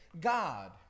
god